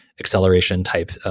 acceleration-type